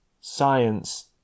science